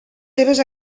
seves